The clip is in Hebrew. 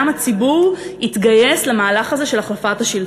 הציבור יתגייס למהלך הזה של החלפת השלטון.